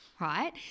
right